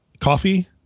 Coffee